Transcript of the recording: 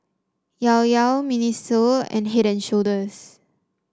Llao Llao Miniso and Head And Shoulders